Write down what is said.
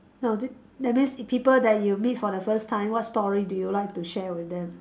no that that means if people that you meet for the first time what story do you like to share with them